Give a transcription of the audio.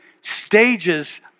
stages